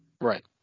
Right